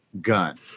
gun